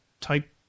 type